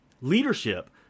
Leadership